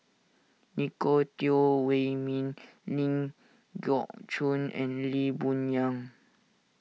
Nicolette Teo Wei Min Ling Geok Choon and Lee Boon Yang